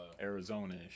Arizona